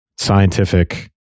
scientific